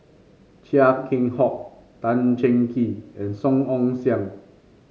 Chia Keng Hock Tan Cheng Kee and Song Ong Siang